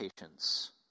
patience